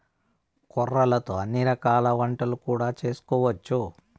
కొర్రలతో అన్ని రకాల వంటలు కూడా చేసుకోవచ్చు